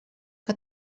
que